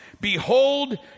Behold